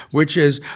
which is,